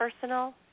personal